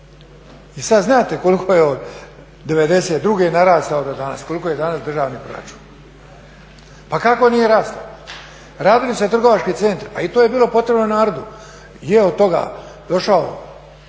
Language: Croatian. I sad znate koliko je od '92. narastao do danas, koliki je danas državni proračun. Pa kako nije rastao? Radili su se trgovački centri, pa i to je bilo potrebno narodu. Je od toga išao